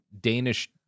Danish